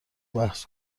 بحث